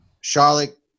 Charlotte